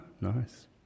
nice